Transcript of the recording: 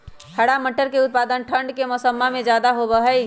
हरा मटर के उत्पादन ठंढ़ के मौसम्मा में ज्यादा होबा हई